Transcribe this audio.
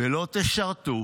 ולא תשרתו